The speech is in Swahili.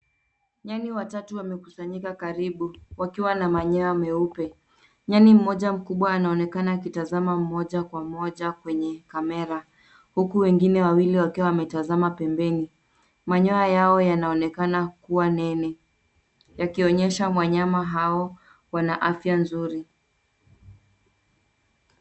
Nyani watatu wamekusanyika karibu wakiwa na manyoya meupe. Nyani mmoja mkubwa anaonekana akitazama moja kwa moja kwenye kamera huku wengine wawili wakiwa wametazama pembeni manyoya yao yanaonekana kuwa nene. Yakionyesha wanyama hao wana afya nzuri.